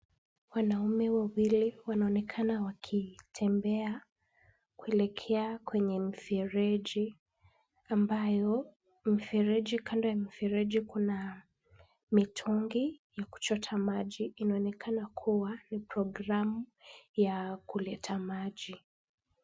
Wanaume wawili wanaonekana wakitembea kuelekea kwenye mfereji ambayo kando ya mfereji kuna mitungi ya kuchota maji. Inaonekana kuwa ni programu ya kuleta maji.